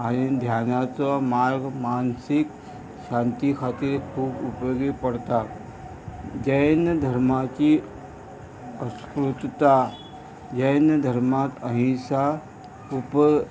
आनी ध्यानाचो मार्ग मानसीक शांती खातीर खूब उपयोगी पडटा जैन धर्माची अस्कृताय जैन धर्मांत अहिंसा उप